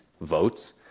votes